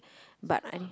but I'm